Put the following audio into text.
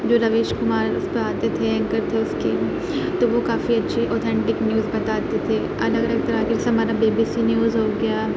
جو رویش کمار اس پہ آتے تھے اینکر تھے اس کے تو وہ کافی اچھے اوتھینٹک نیوز بتاتے تھے الگ الگ طرح کے جیسے ہمارا بی بی سی نیوز ہو گیا